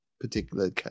particular